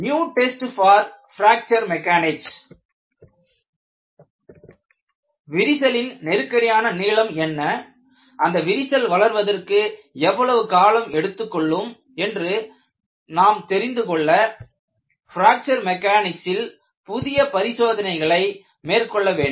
new test for fracture mechanics விரிசலின் நெருக்கடியான நீளம் என்ன அந்த விரிசல் வளர்வதற்கு எவ்வளவு காலம் எடுத்துக் கொள்ளும் என்று நாம் தெரிந்து கொள்ள பிராக்ச்சர் மெக்கானிக்சில் புதிய பரிசோதனைகளை மேற்கொள்ள வேண்டும்